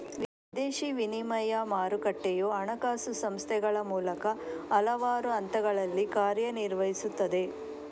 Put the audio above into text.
ವಿದೇಶಿ ವಿನಿಮಯ ಮಾರುಕಟ್ಟೆಯು ಹಣಕಾಸು ಸಂಸ್ಥೆಗಳ ಮೂಲಕ ಹಲವಾರು ಹಂತಗಳಲ್ಲಿ ಕಾರ್ಯ ನಿರ್ವಹಿಸುತ್ತದೆ